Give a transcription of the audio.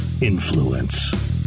Influence